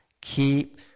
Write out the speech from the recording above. Keep